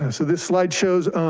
and so this slide shows